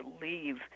leave